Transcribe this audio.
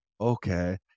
Okay